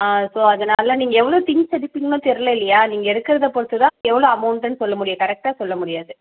so அதனால நீங்கள் எவ்வளோ திங்க்ஸ் எடுப்பிங்கனும் தெரில இல்லையா நீங்கள் எடுக்கறதை பொறுத்து தான் எவ்வளோ அமௌன்ட்டுன்னு சொல்ல முடியும் கரெக்ட்டாக சொல்ல முடியாது